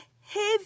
heavy